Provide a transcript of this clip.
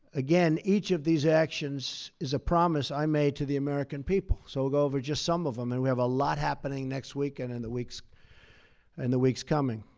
again, each of these actions is a promise i made to the american people. so we'll go over just some of them, and we have a lot happening next week and in the weeks and the weeks coming.